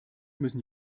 müssen